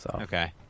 Okay